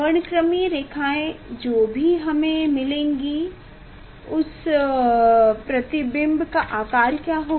वर्णक्रमीय रेखाएँ जो भी हमें मिलेंगी उस प्रतिबिंब का आकार क्या होगा